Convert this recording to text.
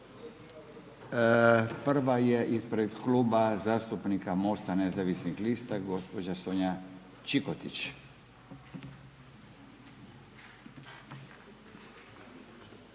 Prva je ispred Kluba zastupnika MOST-a nezavisnih lista gospođa Sonja Čikotić.